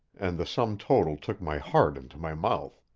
and the sum total took my heart into my mouth.